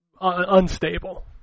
unstable